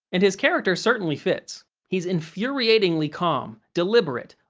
and his character certainly fits he's infuriatingly calm, deliberate,